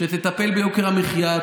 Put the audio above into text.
שתטפל ביוקר המחיה,